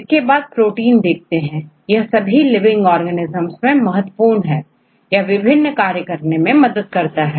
इसके बाद प्रोटीन देखते हैं यह सभी लिविंग ऑर्गेनेज्म में बहुत महत्वपूर्ण है यह विभिन्न कार्य करने में मदद करता है